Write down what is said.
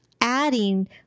adding